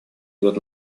год